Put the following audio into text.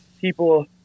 people